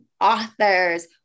authors